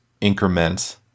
increment